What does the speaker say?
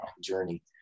journey